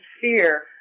fear